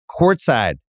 courtside